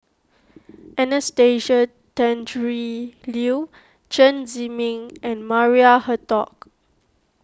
Anastasia Tjendri Liew Chen Zhiming and Maria Hertogh